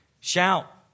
Shout